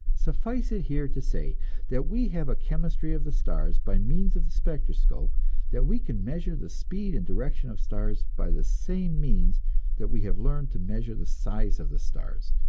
suffice it here to say that we have a chemistry of the stars, by means of the spectroscope that we can measure the speed and direction of stars by the same means that we have learned to measure the size of the stars,